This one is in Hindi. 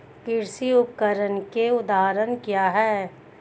कृषि उपकरण के उदाहरण क्या हैं?